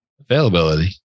Availability